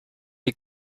est